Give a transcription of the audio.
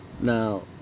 Now